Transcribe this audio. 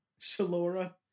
Shalora